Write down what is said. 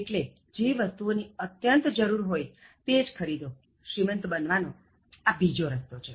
એટલે જે વસ્તુઓની અત્યંત જરુર હોય તે જ ખરીદો શ્રીમંત બનવાનો આ બીજો રસ્તો છે